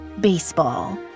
baseball